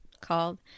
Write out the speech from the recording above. called